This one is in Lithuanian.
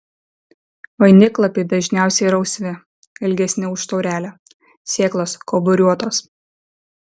vainiklapiai dažniausiai rausvi ilgesni už taurelę sėklos kauburiuotos